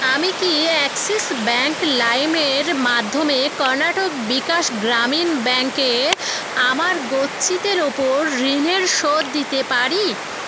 আমি কি Axis Bank লাইম এর মাধ্যমে কর্ণাটক বিকাশ গ্রামীণ ব্যাঙ্কে আমার গচ্ছিতের উপর ঋণের শোধ দিতে পারি